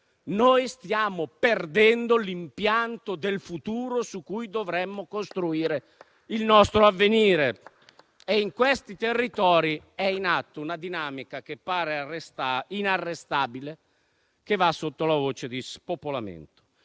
stiamo perdendo l'impianto del futuro su cui dovremmo costruire il nostro avvenire. In quei territori è in atto una dinamica che pare inarrestabile, che va sotto la voce di spopolamento.